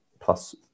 plus